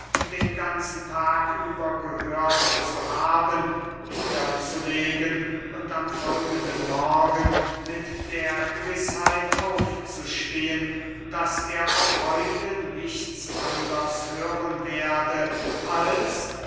den ganzen tag über gehört zu haben niederzulegen und am folgenden morgen mit der gewißheit aufzustehen daß er auch heute nichts anders hören werde als